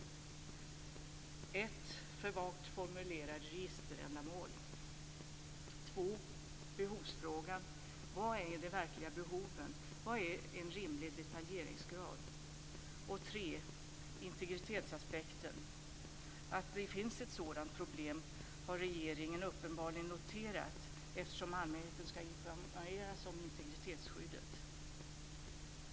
Det första är för vagt formulerade registerändamål. Det andra är behovsfrågan. Vilka är de verkliga behoven? Vad är en rimlig detaljeringsgrad? Det tredje är integritetsaspekten. Att det finns ett sådant problem har regeringen uppenbarligen noterat, eftersom allmänheten skall informeras om integritetsskyddet.